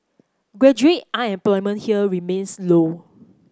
graduate unemployment here remains low